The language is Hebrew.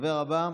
הדובר הבא,